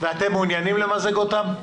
ואתם מעוניינים למזג אותן?